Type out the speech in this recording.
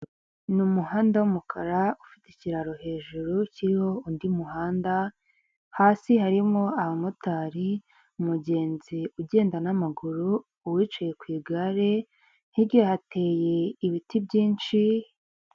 Ni umuhanda w'umukara ufite ikiraro hejuru kiriho undi muhanda, hasi harimo abamotari, umugenzi ugenda n'amaguru, uwicaye ku igare, hirya hateye ibiti byinshi.